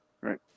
right